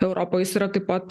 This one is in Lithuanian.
europoj jis yra taip pat